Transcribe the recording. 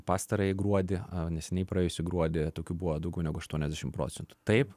pastarąjį gruodį neseniai praėjusį gruodį tokių buvo daugiau negu aštuoniasdešim procentų taip